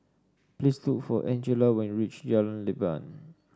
please look for Angela when you reach Jalan Leban